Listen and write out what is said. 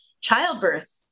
childbirth